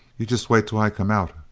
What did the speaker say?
you just wait till i come out,